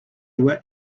were